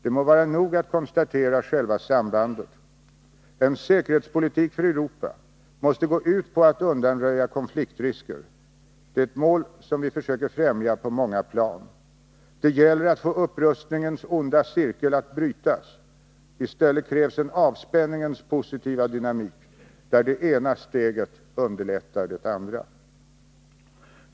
Det må vara nog att konstatera själva sambandet. En säkerhetspolitik .för Europa måste gå ut på att undanröja konfliktrisker. Det är ett mål som vi försöker främja på många plan. Det gäller att få upprustningens onda cirkel att brytas. I stället krävs en avspänningens positiva dynamik, där det ena steget underlättar det andra.